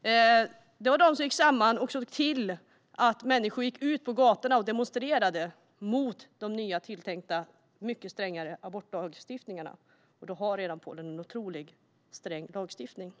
De gick samman för att se till att människor gick ut på gatorna för att demonstrera mot de tilltänkta nya och mycket strängare abortlagarna. Polen hade redan tidigare en otroligt sträng lagstiftning.